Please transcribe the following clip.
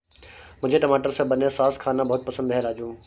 मुझे टमाटर से बने सॉस खाना बहुत पसंद है राजू